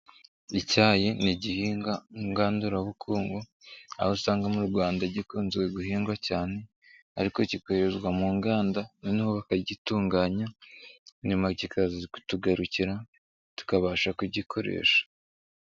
Icyayi ni igihinga ngandurabukungu aho usanga mu Rwanda gikunze guhingwa cyane ariko kikoherezwa mu nganda noneho bakagitunganya, nyuma kikaza kutugarukira tukabasha kugikoresha.